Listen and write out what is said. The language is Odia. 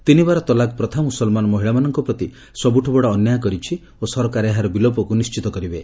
ତିନିବାର ତଲାକ ପ୍ରଥ ମୁସଲମାନ ମହିଳାମାନଙ୍କ ପ୍ରତି ସବୁଠୁ ବଡ଼ ଅନ୍ୟାୟ କରିଛି ଓ ସରକାର ଏହାର ବିଲୋପକୁ ନିର୍ଣ୍ଣିତ କରିବେ